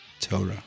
Torah